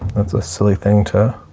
that's a silly thing to,